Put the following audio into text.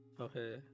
Okay